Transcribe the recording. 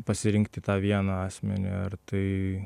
pasirinkti tą vieną asmenį ar tai